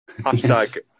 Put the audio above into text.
hashtag